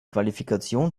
qualifikation